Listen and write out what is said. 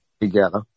together